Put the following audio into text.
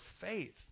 faith